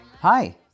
Hi